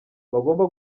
bagomba